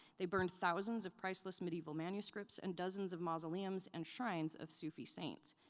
they burned thousands of priceless medieval manuscripts and dozens of mausoleums and shrines of sufi saints.